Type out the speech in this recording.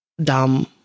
dumb